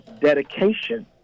dedication